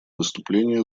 выступление